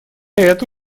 это